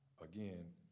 again